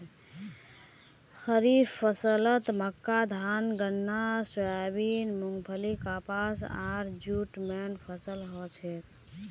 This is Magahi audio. खड़ीफ फसलत मक्का धान गन्ना सोयाबीन मूंगफली कपास आर जूट मेन फसल हछेक